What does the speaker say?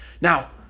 Now